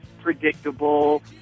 predictable